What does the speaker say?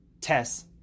Tess